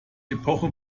epoche